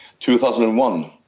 2001